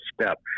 step